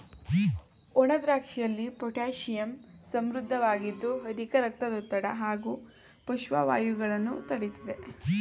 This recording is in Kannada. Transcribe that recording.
ಒಣದ್ರಾಕ್ಷಿಯಲ್ಲಿ ಪೊಟ್ಯಾಶಿಯಮ್ ಸಮೃದ್ಧವಾಗಿದ್ದು ಅಧಿಕ ರಕ್ತದೊತ್ತಡ ಹಾಗೂ ಪಾರ್ಶ್ವವಾಯುಗಳನ್ನು ತಡಿತದೆ